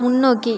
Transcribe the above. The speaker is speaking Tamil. முன்னோக்கி